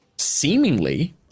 seemingly